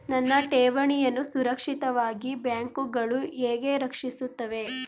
ನನ್ನ ಠೇವಣಿಯನ್ನು ಸುರಕ್ಷಿತವಾಗಿ ಬ್ಯಾಂಕುಗಳು ಹೇಗೆ ರಕ್ಷಿಸುತ್ತವೆ?